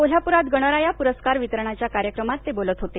कोल्हापुरात गणराया पुरस्कार वितरणाच्या कार्यक्रमात ते बोलत होते